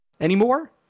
anymore